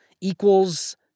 equals